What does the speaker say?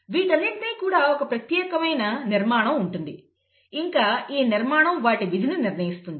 వీటన్నింటికీ కూడా ఒక ప్రత్యేకమైన నిర్మాణం ఉంటుంది ఇంకా ఈ నిర్మాణం వాటి విధిని నిర్ణయిస్తుంది